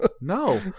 no